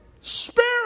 Spirit